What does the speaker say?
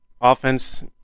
offense